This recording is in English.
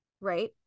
right